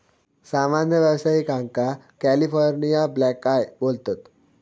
सामान्य व्यावसायिकांका California blackeye बोलतत